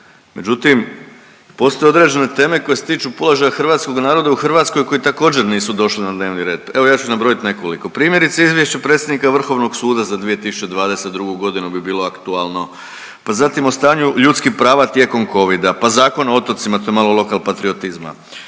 Međutim, postoje određene teme koje se tiču položaja hrvatskog naroda u Hrvatskoj koji također nisu došli na dnevni red. Evo, ja ću nabrojati nekoliko. Primjerice, Izvješće predsjednika Vrhovnog suda za 2022. g. bi bilo aktualno, pa zatim, o stanju ljudskih prava tijekom Covida, pa Zakon o otocima, to je malo lokalpatriotizma,